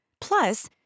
Plus